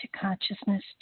consciousness